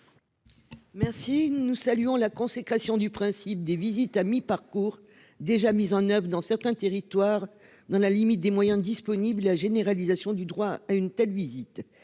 Merci. Nous saluons la consécration du principe des visites à mi-parcours déjà mises en oeuvre dans certains territoires dans la limite des moyens disponibles et la généralisation du droit à une telle visite.